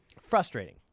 Frustrating